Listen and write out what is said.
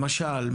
למשל,